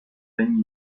regni